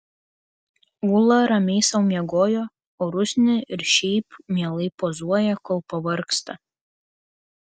ūla ramiai sau miegojo o rusnė ir šiaip mielai pozuoja kol pavargsta